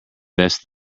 best